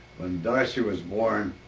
darcey was born,